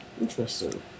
Interesting